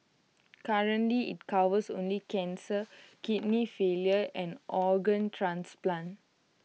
currently IT covers only cancer kidney failure and organ transplant